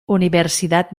universidad